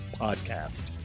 podcast